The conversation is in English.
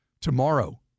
Tomorrow